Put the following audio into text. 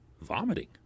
vomiting